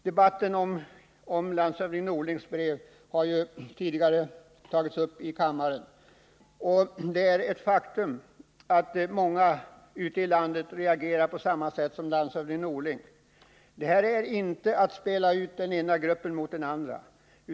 Debatten om landshövding Norlings brev har tidigare berörts här i kammaren. Det är ett faktum att många ute i landet reagerar på samma sätt som landshövding Norling. Det här är inte att spela ut den ena gruppen mot den andra.